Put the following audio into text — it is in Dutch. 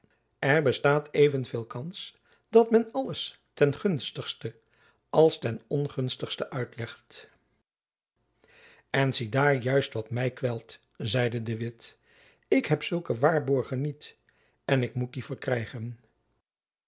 er bestaat even veel kans dat men alles ten gunstigste als ten ongunstigste uitlegt en ziedaar juist wat my kwelt zeide de witt ik heb zulke waarborgen niet en ik moet die verkrijgen